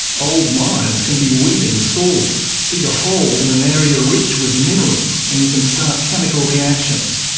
old mines can be weeping sores. dig a hole in an area rich with minerals and you can start chemical reactions.